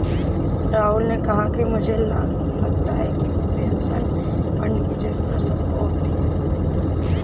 राहुल ने कहा कि मुझे लगता है कि पेंशन फण्ड की जरूरत सबको होती है